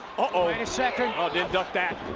a second. ah didn't duck that.